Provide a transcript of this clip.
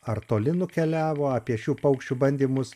ar toli nukeliavo apie šių paukščių bandymus